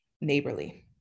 neighborly